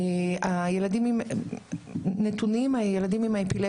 הילדים עם אפילפסיה,